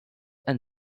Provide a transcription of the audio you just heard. and